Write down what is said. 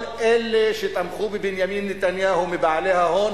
כל אלה שתמכו בבנימין נתניהו מבעלי ההון